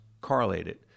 correlated